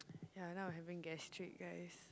ya now I having gastric guys